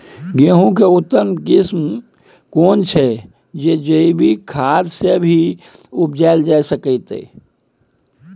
गेहूं के उत्तम किस्म केना छैय जे जैविक खाद से भी उपजायल जा सकते?